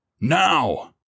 Now